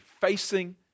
facing